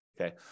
Okay